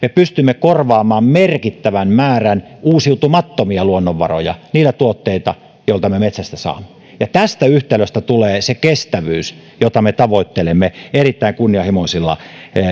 me pystymme korvaamaan merkittävän määrän uusiutumattomia luonnonvaroja niillä tuotteilla joita me metsästä saamme ja tästä yhtälöstä tulee se kestävyys jota me tavoittelemme erittäin kunnianhimoisilla